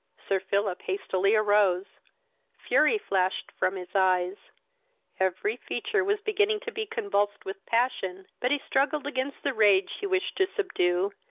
sir philip hastily arose fury flashed from his eyes every feature was beginning to be convulsed with passion, but he struggled against the rage he wished to subdue,